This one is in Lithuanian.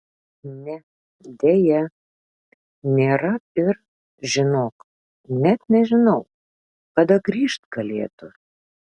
ne deja nėra ir žinok net nežinau kada grįžt galėtų